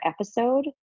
episode